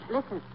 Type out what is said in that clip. Listen